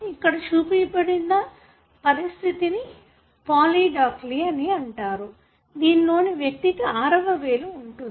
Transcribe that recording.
ఇక్కడ చూపించబడిన పరిస్థితిని పాలీడాక్లీ అంటారు దీనిలో వ్యక్తికి ఆరవ వేలు ఉంటుంది